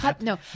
No